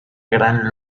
gran